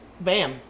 Bam